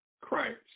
Christ